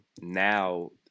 now